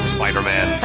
Spider-Man